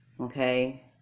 Okay